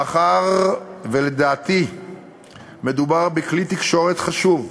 מאחר שלדעתי מדובר בכלי תקשורת חשוב,